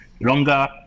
longer